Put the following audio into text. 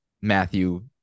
Matthew